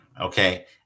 Okay